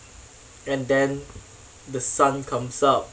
and then the sun comes up